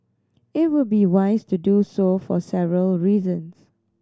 it would be wise to do so for several reasons